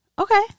Okay